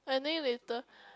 I think later